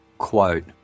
quote